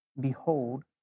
Behold